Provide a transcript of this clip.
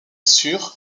sûre